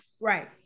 Right